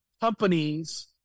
companies